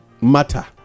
matter